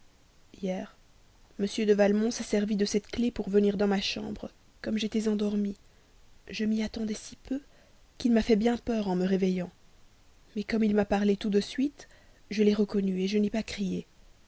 hier m de valmont s'est servi de cette clef pour venir dans ma chambre comme j'étais endormie je m'y attendais si peu qu'il m'a fait bien peur en me réveillant mais comme il m'a parlé tout de suite je l'ai reconnu je n'ai pas crié